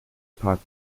pipe